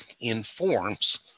informs